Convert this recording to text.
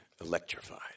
electrified